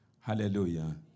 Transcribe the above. Hallelujah